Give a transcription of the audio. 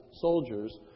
soldiers